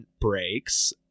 breaks